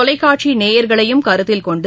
தொலைக்காட்சி நேயர்களையும் கருத்தில் கொண்டு